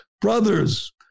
brothers